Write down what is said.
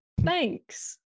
Thanks